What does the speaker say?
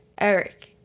Eric